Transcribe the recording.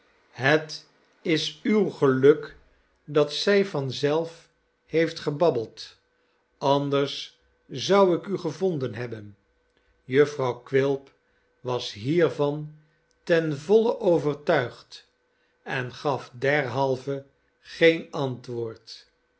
het is uw geluk dat zij van zelf heeft gebabbeld anders zou ik u gevonden hebben jufvrouw quilp was hiervan ten voile overtuigd en gaf derhalve geen antwoord